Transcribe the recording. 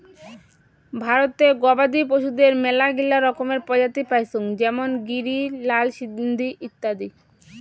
ভারতে গবাদি পশুদের মেলাগিলা রকমের প্রজাতি পাইচুঙ যেমন গিরি, লাল সিন্ধি ইত্যাদি